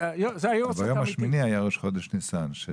היום השמיני היה ראש חודש ניסן.